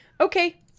Okay